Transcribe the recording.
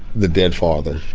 the dead father,